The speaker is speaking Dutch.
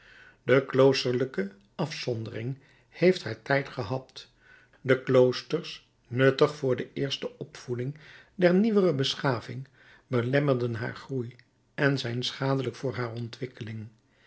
de kloosterlijke afzondering heeft haar tijd gehad de kloosters nuttig voor de eerste opvoeding der nieuwere beschaving belemmerden haar groei en zijn schadelijk voor haar ontwikkeling